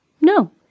No